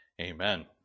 Amen